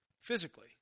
physically